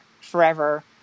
forever